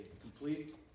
complete